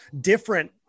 different